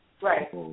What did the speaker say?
Right